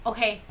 Okay